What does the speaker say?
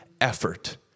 effort